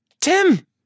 Tim